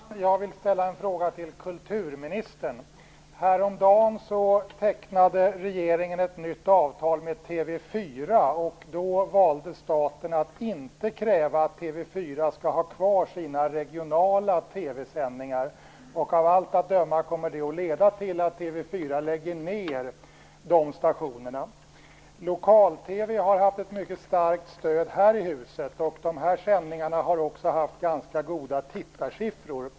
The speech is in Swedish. Fru talman! Jag vill ställa en fråga till kulturministern. Häromdagen tecknade regeringen ett nytt avtal med TV 4. Då valde staten att inte kräva att TV 4 skall ha kvar sina regionala TV-sändningar. Av allt att döma kommer det att leda till att TV 4 lägger ned de stationerna. Lokal-TV har haft ett mycket starkt stöd här i riksdagshuset. Sändningarna har också haft ganska goda tittarsiffror.